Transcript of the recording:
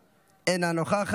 מוותר.